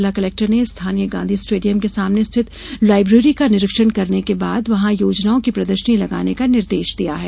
जिला कलेक्टर ने स्थानीय गांधी स्टेडियम के सामने स्थित लाईब्रेरी का निरीक्षण करने के बाद वहां योजनाओं की प्रदर्शनी लगाने का निर्देश दिया है